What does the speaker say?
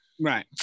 Right